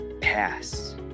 pass